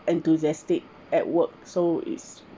enthusiastic at work so it's